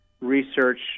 research